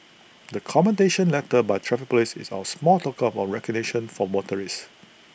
the commendation letter by traffic Police is our small token of recognition for motorists